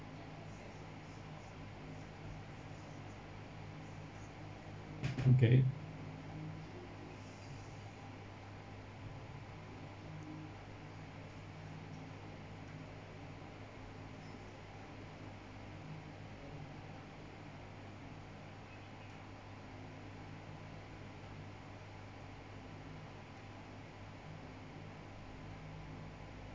okay